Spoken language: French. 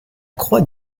croix